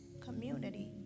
community